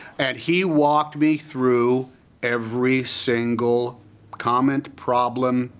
and he walked me through every single comment, problem,